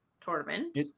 tournament